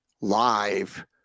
live